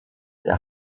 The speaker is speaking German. der